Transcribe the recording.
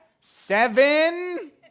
seven